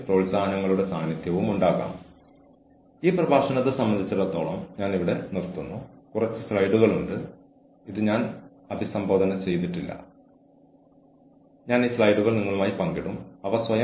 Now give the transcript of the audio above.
കൂടാതെ എച്ച്ആർ മാനേജർമാർക്കും പ്രൊഫഷണലുകൾക്കും വേണ്ടി അല്ലെങ്കിൽ നമുക്ക് ഉപയോഗിക്കാൻ കഴിയുന്ന ചില തന്ത്രങ്ങൾ ഇവയാണ് ഓരോ ഘട്ടത്തിലും ഒരു ജീവനക്കാരന്റെ തൊഴിൽ ജീവിതത്തിൽ നമ്മൾക്ക് ഇടപെടാൻ കഴിയും